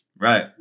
Right